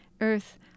Earth